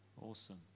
Awesome